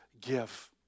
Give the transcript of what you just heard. give